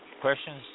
questions